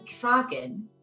dragon